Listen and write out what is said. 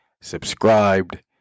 subscribed